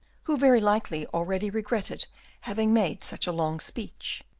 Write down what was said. who, very likely, already regretted having made such a long speech.